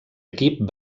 equip